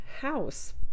house